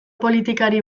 politikari